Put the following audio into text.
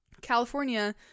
California